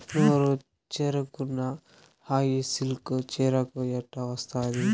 నూరు చీరకున్న హాయి సిల్కు చీరకు ఎట్టా వస్తాది